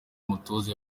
umutoza